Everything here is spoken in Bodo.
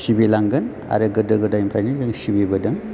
सिबिलांगोन आरो गोदो गोदायनिफ्रायनो जों सिबिबोदों